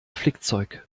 flickzeug